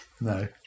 No